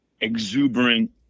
exuberant